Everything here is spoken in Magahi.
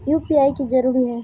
यु.पी.आई की जरूरी है?